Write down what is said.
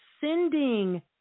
sending